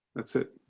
that's it.